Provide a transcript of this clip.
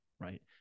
right